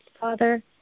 Father